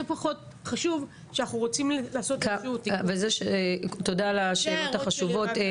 פחות חשוב שאנחנו רוצים לעשות --- תודה על השאלות החשובות.